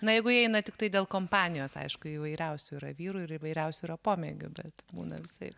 na jeigu eina tiktai dėl kompanijos aišku įvairiausių yra vyrų ir įvairiausių yra pomėgių bet būna visaip